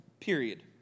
Period